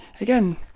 Again